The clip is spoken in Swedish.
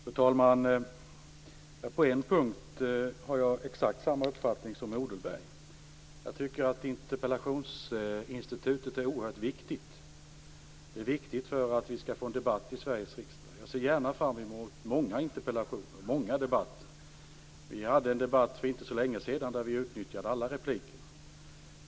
Fru talman! På en punkt har jag exakt samma uppfattning som Mikael Odenberg, nämligen att interpellationsinstitutet är oerhört viktigt. Det är viktigt för att vi skall få en debatt i Sveriges riksdag. Jag ser gärna fram emot många interpelltionsdebatter. För inte så länge sedan hade vi en debatt där vi utnyttjade all repliktid.